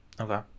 Okay